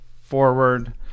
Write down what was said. forward